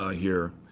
ah here.